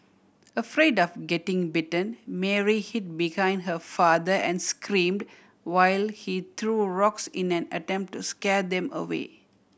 afraid of getting bitten Mary hid behind her father and screamed while he threw rocks in an attempt to scare them away